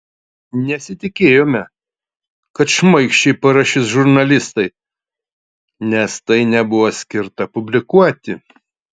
nesitikėjome kad šmaikščiai parašys žurnalistai nes tai nebuvo skirta publikuoti